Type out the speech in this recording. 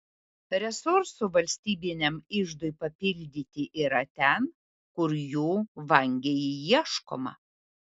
resursų valstybiniam iždui papildyti yra ten kur jų vangiai ieškoma